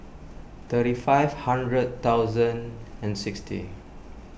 thirty five hundred thousand and sixty